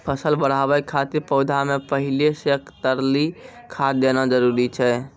फसल बढ़ाबै खातिर पौधा मे पहिले से तरली खाद देना जरूरी छै?